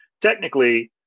technically